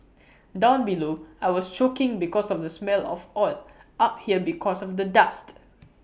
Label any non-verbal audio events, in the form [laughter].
[noise] down below I was choking because of the smell of oil up here because of the dust [noise]